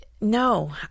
No